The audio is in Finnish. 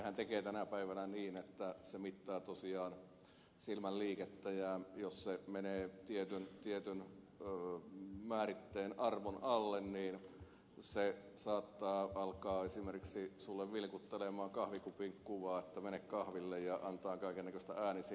sehän tekee tänä päivänä niin että se mittaa tosiaan silmän liikettä ja jos se menee tietyn määritteen arvon alle niin se saattaa esimerkiksi alkaa sinulle vilkuttelemaan kahvikupin kuvaa että mene kahville ja antaa kaiken näköistä äänisignaalia